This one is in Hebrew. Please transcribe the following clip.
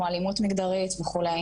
כמו אלימות מגדרית וכו'.